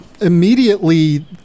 immediately